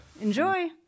Enjoy